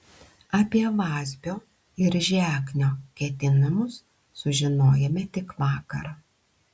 apie vazbio ir žeknio ketinimus sužinojome tik vakar